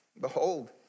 behold